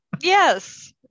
Yes